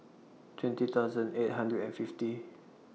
twenty thousand eight hundred and fifty